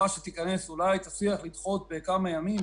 שתיכנס אולי תצליח לדחות בכמה ימים,